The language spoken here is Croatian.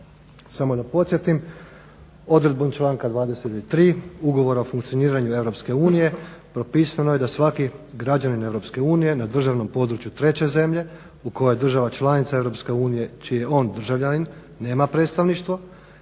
ugovori Unije. Odredbom članka 23.ugovora o funkcioniranju EU prepisano je da svaki građanin EU na državnom području treće zemlje u kojoj država članica EU čijom državljanin nema predstavništvo